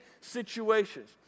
situations